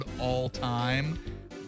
all-time